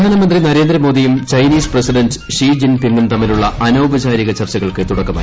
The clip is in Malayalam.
പ്രധാനമന്ത്രി നരേന്ദ്രമോദിയും ചൈനിസ് പ്രസിഡന്റ് ഷി ജിൻ പിങും തമ്മിലുള്ള അനൌപചാരിക ചർച്ചകൾക്ക് തുടക്കമായി